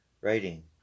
writing